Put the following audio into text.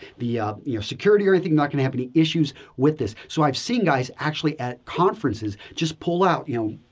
the, um you know, security or anything you're not going to have any issues with this. so, i've seen guys actually at conferences just pull out, you know,